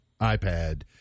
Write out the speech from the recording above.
iPad